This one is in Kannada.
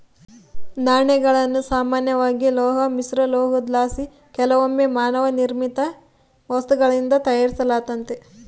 ನಾಣ್ಯಗಳನ್ನು ಸಾಮಾನ್ಯವಾಗಿ ಲೋಹ ಮಿಶ್ರಲೋಹುದ್ಲಾಸಿ ಕೆಲವೊಮ್ಮೆ ಮಾನವ ನಿರ್ಮಿತ ವಸ್ತುಗಳಿಂದ ತಯಾರಿಸಲಾತತೆ